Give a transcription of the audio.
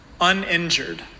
uninjured